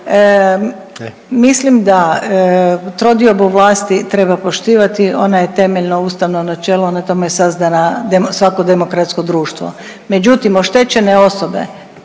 Mislim da trodiobu vlasti treba poštivati, ona je temeljno ustavno načelo na tome je sazdana svako demokratsko društvo. Međutim, oštećene osobe,